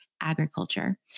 agriculture